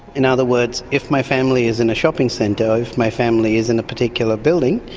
in other words, if my family is in a shopping centre or if my family is in a particular building,